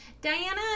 Diana